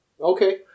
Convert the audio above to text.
Okay